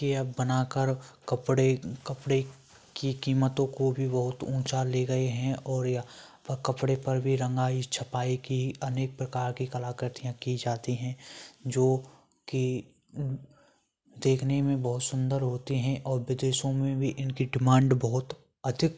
की अब बनाकर कपड़े कपड़े की कीमतों को भी बहुत ऊँचा ले गए हैं और या प कपड़े पर भी रंगाई छपाई की अनेक प्रकार की कलाकृतियाँ की जाती है जो कि देखने में बहुत सुंदर होते हैं और विदेशों में भी इनके डिमांड बहुत अधिक